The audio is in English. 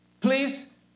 Please